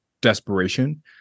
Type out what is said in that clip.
desperation